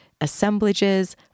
assemblages